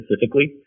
specifically